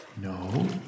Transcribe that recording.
No